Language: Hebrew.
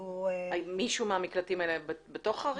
מישהו מהמקלטים האלה בתוך הרשימה הזאת?